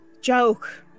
joke